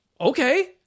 Okay